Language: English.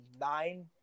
nine